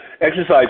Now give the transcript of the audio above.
Exercise